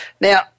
Now